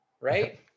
right